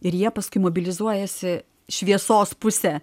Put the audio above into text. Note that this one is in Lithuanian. ir jie paskui mobilizuojasi šviesos pusę